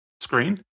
screen